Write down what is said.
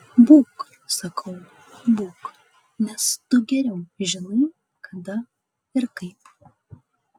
būk sakau būk nes tu geriau žinai kada ir kaip